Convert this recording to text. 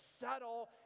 subtle